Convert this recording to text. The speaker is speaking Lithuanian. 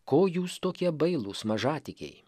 ko jūs tokie bailūs mažatikiai